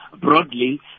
broadly